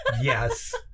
Yes